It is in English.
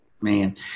Man